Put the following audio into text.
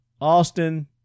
Austin